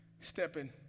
Stepping